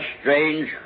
strange